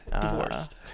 Divorced